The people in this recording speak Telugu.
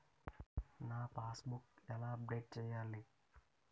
నా పాస్ బుక్ ఎలా అప్డేట్ చేయాలి?